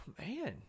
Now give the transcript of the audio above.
man